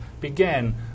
began